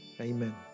amen